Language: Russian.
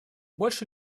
больше